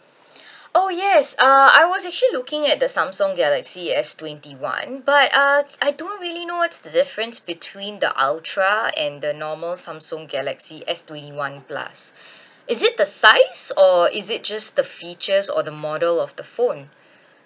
oh yes uh I was actually looking at the samsung galaxy S twenty one but uh I don't really know what's the difference between the ultra and the normal samsung galaxy S twenty one plus is it the size or is it just the features or the model of the phone